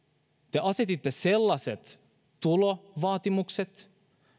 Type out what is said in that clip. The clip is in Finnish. te asetitte sellaiset tulovaatimukset